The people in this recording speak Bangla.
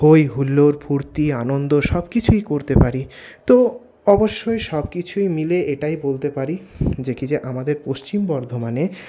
হই হুল্লোড় ফূর্তি আনন্দ সব কিছুই করতে পারি তো অবশ্যই সব কিছুই মিলে এটাই বলতে পারি যে কী যে আমাদের পশ্চিম বর্ধমানে